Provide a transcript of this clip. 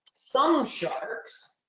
some sharks,